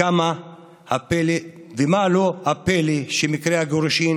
ומה הפלא שמקרי הגירושים